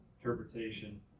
interpretation